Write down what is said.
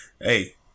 hey